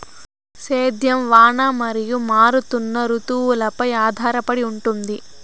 సేద్యం వాన మరియు మారుతున్న రుతువులపై ఆధారపడి ఉంటుంది